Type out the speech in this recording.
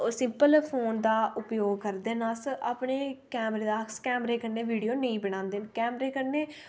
simple phone दा उपयोग करदे न अस अपने कैमरे दा अस्स कैमरे कन्नै वीडियो नेईं बनांदे कैमरे कन्ने